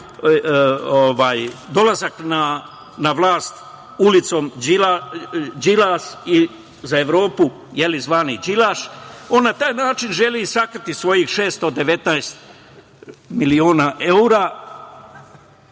dolazak na vlast ulicom - Đilas, za Evropu zvani Đilaš. On na taj način želi sakriti svojih 619 miliona evra.